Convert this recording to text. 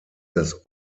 das